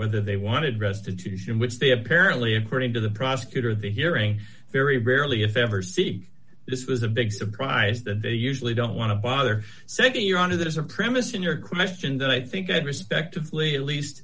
whether they wanted restitution which they apparently according to the prosecutor the hearing very very early if ever see this was a big surprise that they usually don't want to bother sending you on to that as a premise in your question that i think that respectively at least